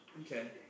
Okay